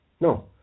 No